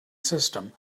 system